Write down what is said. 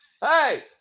Hey